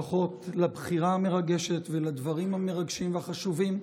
ברכות על הבחירה המרגשת ועל הדברים המרגשים והחשובים.